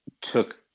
took